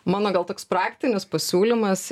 mano gal toks praktinis pasiūlymas